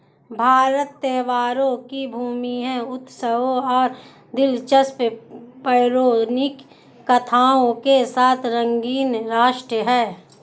भारत त्योहारों की भूमि है, उत्सवों और दिलचस्प पौराणिक कथाओं के साथ रंगीन राष्ट्र है